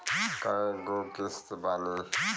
कय गो किस्त बानी?